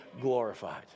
glorified